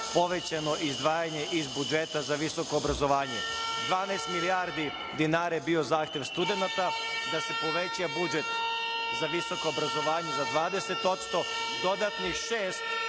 povećano izlaganje iz budžeta za visoko obrazovanje. Dvanaest milijardi je bio zahtev studenata da se poveća budžet za visoko obrazovanje za 20%, dodatnih šest